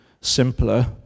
simpler